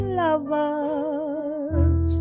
lovers